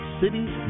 cities